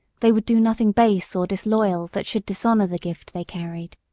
they would do nothing base or disloyal that should dishonour the gift they carried.